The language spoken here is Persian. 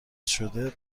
شده